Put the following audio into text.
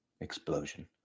explosion